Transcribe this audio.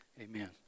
Amen